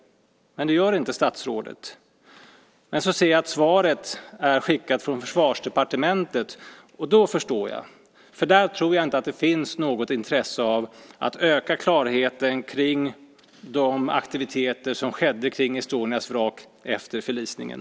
Det gör dock inte statsrådet. Men så ser jag att svaret är skickat från Försvarsdepartementet, och då förstår jag. Där tror jag nämligen inte att det finns något intresse av att öka klarheten kring de aktiviteter som skedde runt Estonias vrak efter förlisningen.